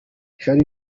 charly